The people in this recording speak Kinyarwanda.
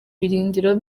birindiro